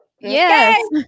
Yes